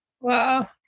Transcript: Wow